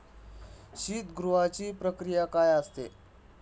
शीतगृहाची प्रक्रिया काय असते?